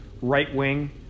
right-wing